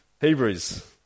Hebrews